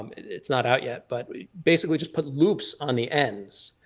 um it's not out yet, but we basically just put loops on the ends.